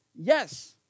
Yes